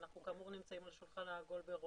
אנחנו כאמור נמצאים על שולחן עגול במשרד